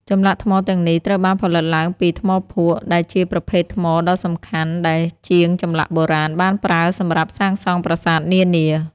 ចម្លាក់ថ្មទាំងនេះត្រូវបានផលិតឡើងពី ថ្មភក់ ដែលជាប្រភេទថ្មដ៏សំខាន់ដែលជាងចម្លាក់បុរាណបានប្រើសម្រាប់សាងសង់ប្រាសាទនានា។